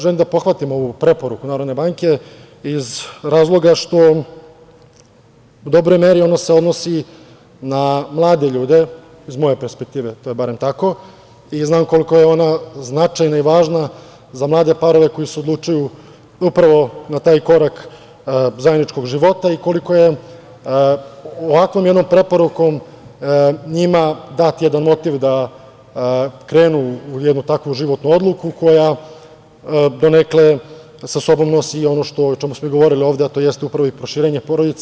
Želim da pohvalim ovu preporuku Narodne banke iz razloga što se u dobroj meri odnosi na mlade ljude, iz moje perspektive to je barem tako, i znam koliko je ona značajna i važna za mlade parove koji se odlučuju upravo na taj korak zajedničkog života i koliko je ovakvom jednom preporukom njima dat jedan motiv da krenu u jednu takvu životnu odluku koja donekle sa sobom nosi ono o čemu smo govorili ovde, a to jeste upravo proširenje porodice.